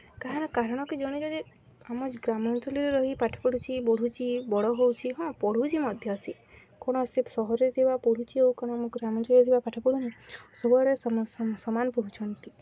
ତାହାର କାରଣ କି ଜଣେ ଯଦି ଆମ ଗ୍ରାମାଞ୍ଚଳରେ ରହି ପାଠ ପଢ଼ୁଛିି ବଢ଼ୁଛି ବଡ଼ ହେଉଛି ହଁ ପଢ଼ୁଛି ମଧ୍ୟ ସେ କ'ଣ ସେ ସହରେ ଥିବା ପଢ଼ୁଛି ଆଉ କ'ଣ ଆମ ଗ୍ରାମାଞ୍ଚଳରେ ଥିବା ପାଠ ପଢ଼ୁନି ସବୁଆଡ଼େ ସମାନ ପଢ଼ୁଛନ୍ତି